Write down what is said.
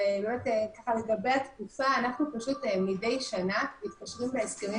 לגבי התקופה מדי שנה אנחנו מתקשרים בהסכמים